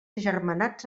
agermanats